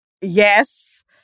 yes